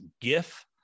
GIF